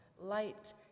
light